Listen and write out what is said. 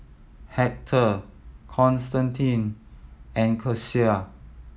Hector Constantine and Kecia